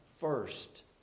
first